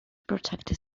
protect